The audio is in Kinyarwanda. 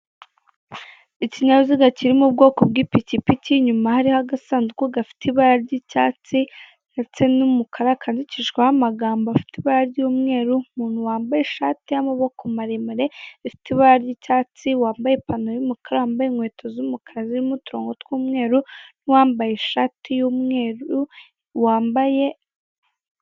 Ikinyabiziga kiri mu bwoko bw'ipikipiki, inyuma hariho agasanduku gafite ibara ry'icyatsi ndetse n'umukara kandikishijweho amagambo afite ibara ry'umweru. Umuntu wambaye ishati y'amaboko maremare ifite ibara ry'icyatsi wambaye ipantaro y'umukara, wambaye inkweto z'umukara zirimo uturongo tw'umweru n'uwambaye ishati y'umweru wambaye.......